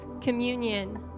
communion